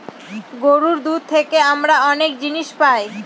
গরুর দুধ থেকে আমরা অনেক জিনিস পায়